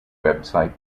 website